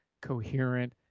coherent